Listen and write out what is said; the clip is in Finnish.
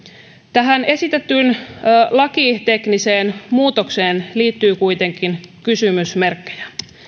tähän esitettyyn lakitekniseen muutokseen liittyy kuitenkin kysymysmerkkejä